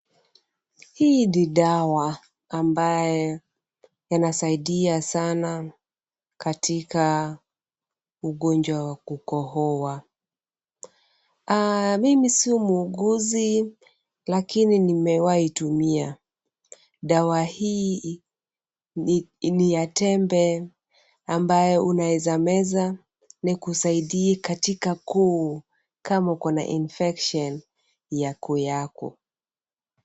Hii ni dawa ambayo inasaidia sana katika ugonjwa wa kukohoa. Mimi sio muuguzi lakini nimewai tumia. Dawa hii ni ya tembe, ambayo unaweza meza na ikusaidie katika koo, kama uko na infection ya koo yako.